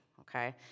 okay